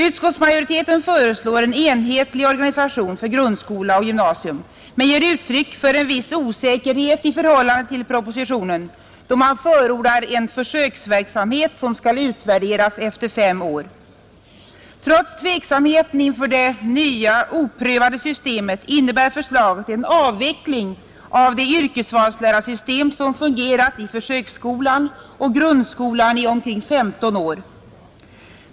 Utskottsmajoriteten föreslår en enhetlig organisation för grundskola och gymnasium men ger uttryck åt en viss osäkerhet i förhållande till propositionen, då man förordar en försöksverksamhet som skall utvärderas efter fem år. Trots tveksamheten inför det nya, oprövade systemet innebär förslaget en avveckling av det yrkesvalslärarsystem som fungerat i försöksskolan och grundskolan i omkring 15 år.